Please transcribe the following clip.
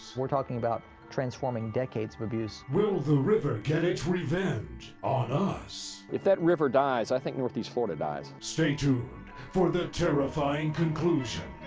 talking about transforming decades of abuse. will the river get its revenge on us? if that river dies, i think northeast florida dies. stay tuned for the terrifying conclusion.